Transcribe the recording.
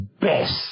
best